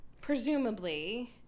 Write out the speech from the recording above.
presumably